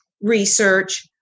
research